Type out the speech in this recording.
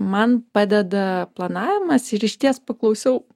man padeda planavimas ir išties paklausiau